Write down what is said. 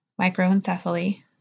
microencephaly